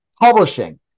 publishing